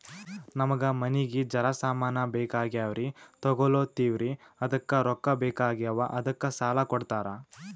ನಮಗ ಮನಿಗಿ ಜರ ಸಾಮಾನ ಬೇಕಾಗ್ಯಾವ್ರೀ ತೊಗೊಲತ್ತೀವ್ರಿ ಅದಕ್ಕ ರೊಕ್ಕ ಬೆಕಾಗ್ಯಾವ ಅದಕ್ಕ ಸಾಲ ಕೊಡ್ತಾರ?